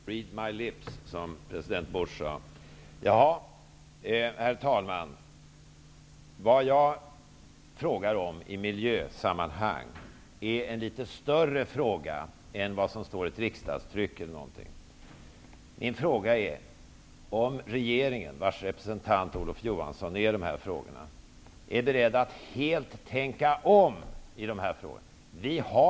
Herr talman! Read my lips, har president Bush sagt. Vad jag frågar om i miljösammanhang gäller en litet större fråga än vad som tas upp i ett riksdagstryck e.d. Min fråga är om regeringen, vars representant i de här frågorna är Olof Johansson, är beredd att helt tänka om i de här frågorna.